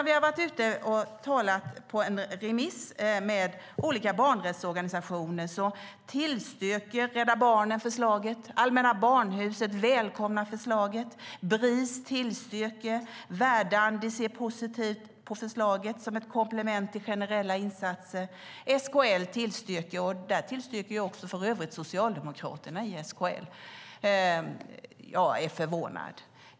Vi har skickat ut frågan på remiss till olika barnrättsorganisationer. Rädda Barnen tillstyrker förslaget. Allmänna Barnhuset välkomnar förslaget. Bris tillstyrker det. Verdandi ser positivt på förslaget som ett komplement till generella insatser. SKL tillstyrker det, och det gör för övrigt också socialdemokraterna i SKL. Jag är förvånad.